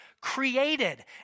created